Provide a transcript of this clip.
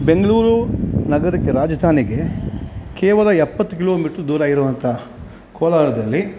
ಬೆಂಗಳೂರು ನಗರಕ್ಕೆ ರಾಜಧಾನಿಗೆ ಕೇವಲ ಎಪ್ಪತ್ತು ಕಿಲೋಮೀಟ್ರು ದೂರ ಇರೋವಂಥ ಕೋಲಾರದಲ್ಲಿ